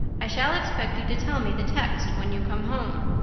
i shall expect you to tell me the text when you come home.